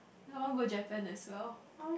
no one go Japan as well